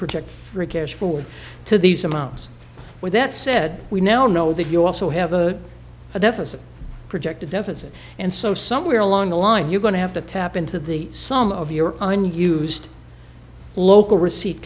project for a cash forward to these amounts where that said we now know that you also have a deficit projected deficit and so somewhere along the line you're going to have to tap into the some of your own used local receipt